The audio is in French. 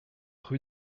rue